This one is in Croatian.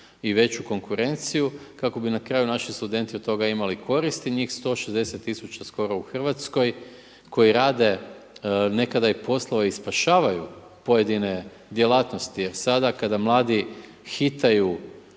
i veću konkurenciju kako bi na kraju naši studenti od toga imali koristi njih 160 tisuća skoro u Hrvatskoj koji rade nekada i poslove i spašavaju pojedine djelatnosti. Jer sada kada mladi hitaju